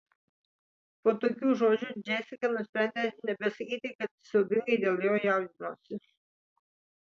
po tokių žodžių džesika nusprendė nebesakyti kad siaubingai dėl jo jaudinosi